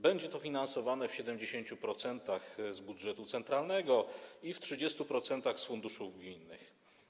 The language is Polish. Będzie to finansowane w 70% z budżetu centralnego i w 30% z funduszów gminnych.